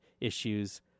issues